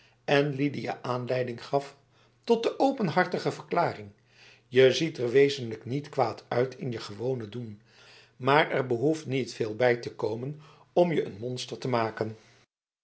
en lidia aanleiding gaf tot de openhartige verklaring je ziet er wezenlijk niet kwaad uit in je gewone doen maar er behoeft niet veel bij te komen om je n monster te maken